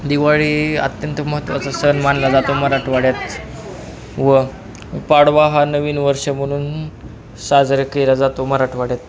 दिवाळी अत्यंत महत्त्वाचा सण मानला जातो मराठवाड्यात व पाडवा हा नवीन वर्ष म्हणून साजरे केला जातो मराठवाड्यात